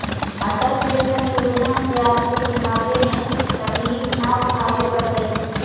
Atal pension Yojana से आपको बुढ़ापे में तकलीफ न उठावे पड़तई